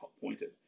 pointed